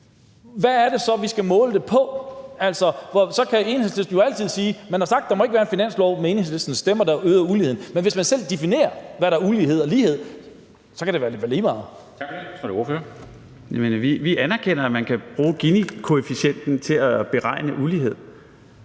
Hvad er det så, vi skal måle det på? Så kan Enhedslisten jo altid sige, at man har sagt, at der ikke må være en finanslov med Enhedslistens stemmer, der øger uligheden, men hvis man selv definerer, hvad der er ulighed og lighed, så kan det vel være lige meget. Kl. 14:03 Formanden (Henrik Dam Kristensen): Tak for det.